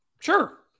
Sure